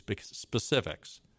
specifics